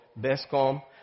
Descom